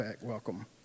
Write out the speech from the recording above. Welcome